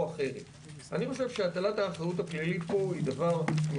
אני שמעתי שהמשרד להגנת הסביבה מוכן ללכת פה דרך מאוד ארוכה לקראת